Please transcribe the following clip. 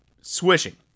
swishing